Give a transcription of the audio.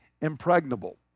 impregnable